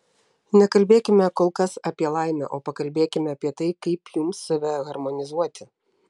nekalbėkime kol kas apie laimę o pakalbėkime apie tai kaip jums save harmonizuoti